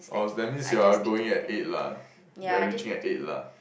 oh that means you're going at eight lah you're reaching at eight lah